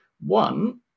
One